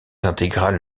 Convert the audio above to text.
intégrales